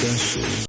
Special